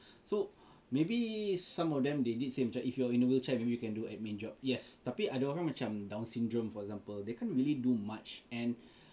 so maybe some of them they did say macam if you are in a wheelchair maybe you can do admin job yes tapi ada orang macam down syndrome for example they can't really do much and